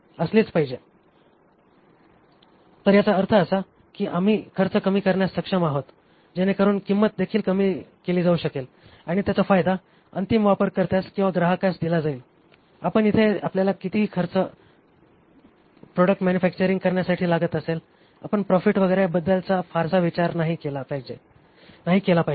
तर याचा अर्थ असा आहे की आम्ही खर्च कमी करण्यास सक्षम आहोत जेणेकरून किंमत देखील कमी केली जाऊ शकेल आणि त्याचा फायदा अंतिम वापरकर्त्यास किंवा ग्राहकास दिला जाईल कारण इथे आपल्याला कितीही खर्च प्रॉडक्ट मॅनुफॅक्चरिंग करण्यासाठी लागत असेल आपण प्रॉफिट वगैरे बद्दल फारसा विचार नाही केला पाहिजे